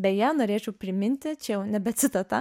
beje norėčiau priminti čia jau nebe citata